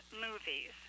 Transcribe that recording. movies